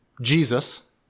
Jesus